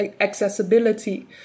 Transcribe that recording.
accessibility